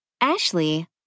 Ashley